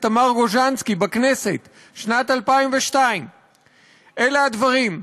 תמר גוז'נסקי בכנסת בשנת 2002. אלה הדברים: